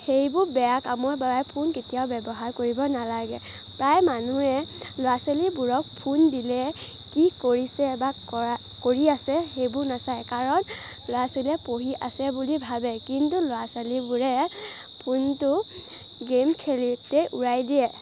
সেইবোৰ বেয়া কামৰ বাবে ফোন কেতিয়াও ব্যৱহাৰ কৰিব নালাগে প্ৰায় মানুহে ল'ৰা ছোৱালীবোৰক ফোন দিলে কি কৰিছে বা কৰা কৰি আছে সেইবোৰ নাচায় কাৰণ ল'ৰা ছোৱালীয়ে পঢ়ি আছে বুলি ভাবে কিন্তু ল'ৰা ছোৱালীবোৰে ফোনটো গেম খেলোঁতেই উৰুৱাই দিয়ে